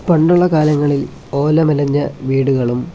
പണ്ടുള്ള കാലങ്ങളിൽ ഓല മെടഞ്ഞ വീടുകളും